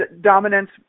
Dominance